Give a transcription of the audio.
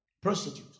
prostitute